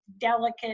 delicate